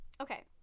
okay